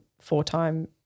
four-time